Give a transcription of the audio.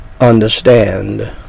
understand